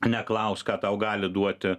neklausk ką tau gali duoti